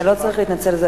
אתה לא צריך להתנצל על זה,